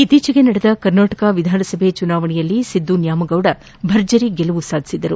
ಇತ್ತೀಚೆಗೆ ನಡೆದ ಕರ್ನಾಟಕ ವಿಧಾನಸಭೆ ಚುನಾವಣೆಯಲ್ಲಿ ಸಿದ್ದು ನ್ಯಾಮಗೌಡ ಭರ್ಜರಿ ಗೆಲುವು ಸಾಧಿಸಿದ್ದರು